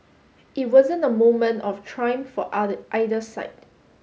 it wasn't a moment of triumph for either side